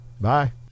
Bye